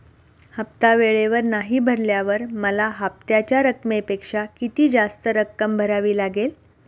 हफ्ता वेळेवर नाही भरल्यावर मला हप्त्याच्या रकमेपेक्षा किती जास्त रक्कम भरावी लागेल?